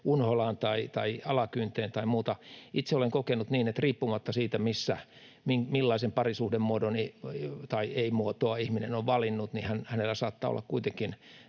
unholaan tai alakynteen tai muuta. Itse olen kokenut niin, että onpa ihminen valinnut millaisen parisuhdemuodon tahansa tai ei mitään parisuhteen muotoa, hänellä saattaa olla kuitenkin